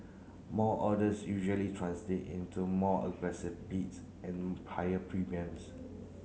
more orders usually translate into more aggressive bids and higher premiums